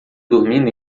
dormindo